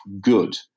good